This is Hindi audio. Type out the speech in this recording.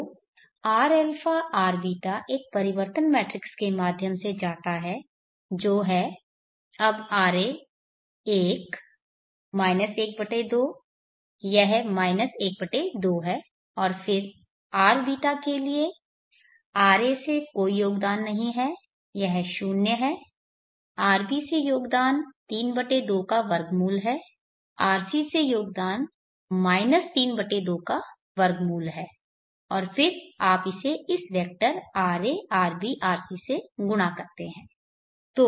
तो rα rβ एक परिवर्तन मैट्रिक्स के माध्यम से जाता है जो है अब ra 1 12 यह 12 है और फिर rβ के लिए ra से कोई योगदान नहीं है यह शून्य है rb से योगदान √32 है rc से योगदान √3 2 है और फिर आप इसे इस वेक्टर ra rb rc से गुणा करते हैं